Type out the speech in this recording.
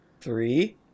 three